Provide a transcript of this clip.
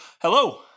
Hello